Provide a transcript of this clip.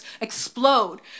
explode